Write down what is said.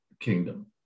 kingdom